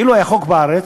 אילו היה חוק בארץ,